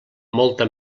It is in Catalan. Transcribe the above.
molta